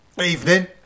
evening